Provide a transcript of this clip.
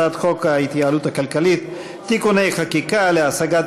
הצעת חוק ההתייעלות הכלכלית (תיקוני חקיקה להשגת